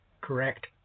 correct